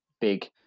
big